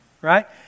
right